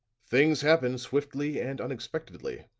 things happen swiftly and unexpectedly,